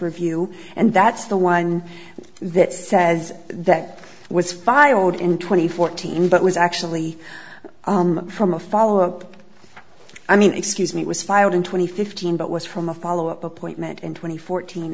review and that's the one that says that was filed in twenty fourteen but was actually from a follow up i mean excuse me was filed in twenty fifteen but was from a follow up appointment in twenty fourteen